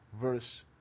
verse